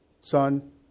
Son